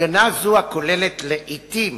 הגנה זו, הכוללת לעתים